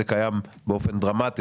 זה קיים באופן דרמטי,